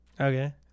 Okay